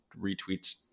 retweets